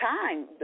time